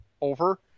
over